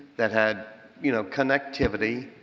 that had you know, connectivity,